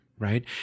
right